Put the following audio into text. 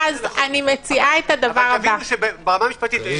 אבל משפטית-